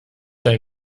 dein